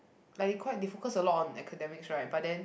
like they quite they focus a lot on academics right but then